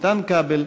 איתן כבל,